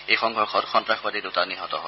এই সংঘৰ্ষত সন্তাসবাদী দুটা নিহত হয়